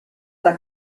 dai